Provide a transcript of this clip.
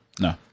No